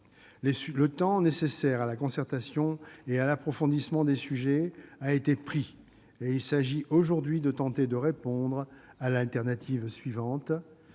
Le temps nécessaire à la concertation et à l'approfondissement des sujets a été pris. Il s'agit aujourd'hui de tenter de répondre à l'alternative suivante